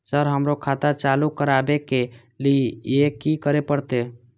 Sir हमरो खाता चालू करबाबे के ली ये की करें परते?